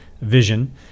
vision